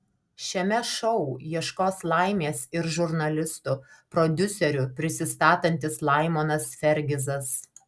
šiame šou ieškos laimės ir žurnalistu prodiuseriu prisistatantis laimonas fergizas